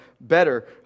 better